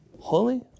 holy